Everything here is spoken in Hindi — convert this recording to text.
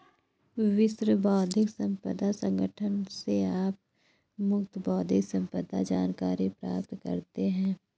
विश्व बौद्धिक संपदा संगठन से आप मुफ्त बौद्धिक संपदा जानकारी प्राप्त करते हैं